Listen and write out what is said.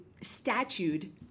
statued